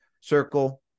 circle